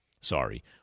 sorry